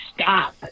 stop